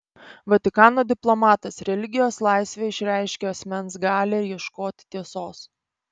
vatikano diplomatas religijos laisvė išreiškia asmens galią ieškoti tiesos